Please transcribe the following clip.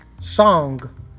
Song